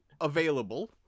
available